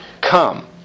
come